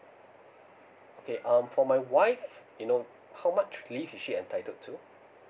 okay um for my wife you know how much leave is she entitled to